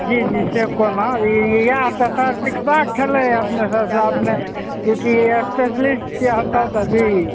जी जी से कोना इएह तऽ सर सीखबाक छलै हँ अपने सभसे अपने तऽ चूँकि स्पेशलिस्ट छियै हमसभ अभी